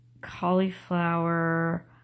Cauliflower